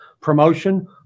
promotion